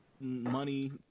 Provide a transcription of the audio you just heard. money